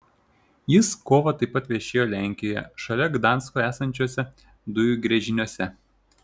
jis kovą taip pat viešėjo lenkijoje šalia gdansko esančiuose dujų gręžiniuose